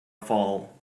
fall